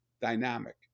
dynamic